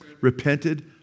repented